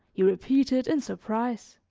he repeated in surprise.